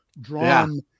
drawn